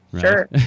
Sure